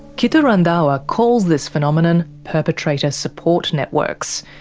kittu randhawa calls this phenomenon perpetrator support networks,